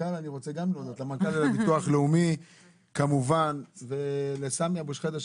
למנכ"ל לביטוח לאומי כמובן ולסמי אבו שחאדה,